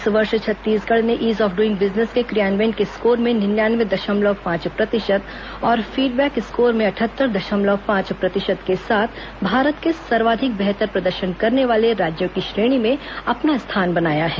इस वर्ष छत्तीसगढ़ ने ईज ऑफ ड्इंग बिजनेस को क्रियान्वयन के स्कोर में निन्यानवे दशमलव पांच प्रतिशत और फीडबैक स्कोर में अटहत्तर दशमलव पांच प्रतिशत के साथ भारत के सर्वाधिक बेहतर प्रदर्शन करने वाले राज्यों की श्रेणी में अपना स्थान बनाया है